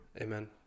amen